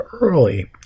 early